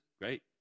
Great